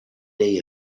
day